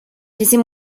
laissez